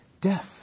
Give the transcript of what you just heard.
Death